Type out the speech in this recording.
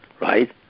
right